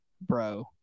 bro